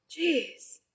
Jeez